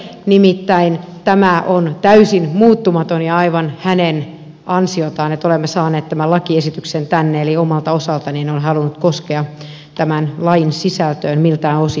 nimittäin tämä on täysin muuttumaton ja aivan hänen ansiotaan että olemme saaneet tämän lakiesityksen tänne eli omalta osaltani en ole halunnut koskea tämän lain sisältöön miltään osin